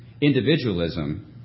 individualism